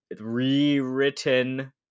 rewritten